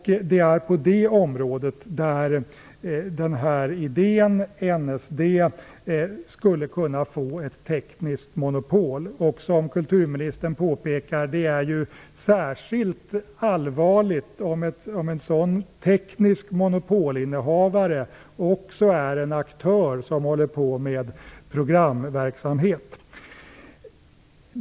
Det är på det området där den här idén, NSD, skulle kunna få ett tekniskt monopol. Som kulturministern påpekar är det särskilt allvarligt om en sådan innehavare av ett tekniskt monopol också är en aktör som håller på med programverksamhet.